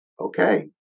okay